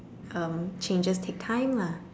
um changes take time lah